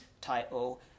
title